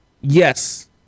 Yes